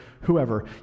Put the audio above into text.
whoever